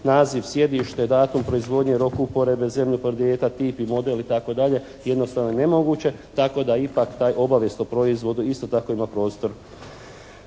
naziv, sjedište, datum proizvodnje, rok uporabe, zemlju porijekla, tip i model, itd. Jednostavno je nemoguće tako da ipak taj obavijest o proizvodu isto tako ima prostor